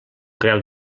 creu